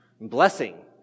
blessing